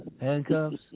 handcuffs